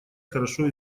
хорошо